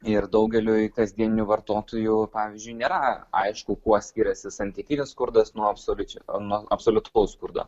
ir daugeliui kasdieninių vartotojų pavyzdžiui nėra aišku kuo skiriasi santykinis skurdas nuo absoliučio nuo absoliutaus skurdo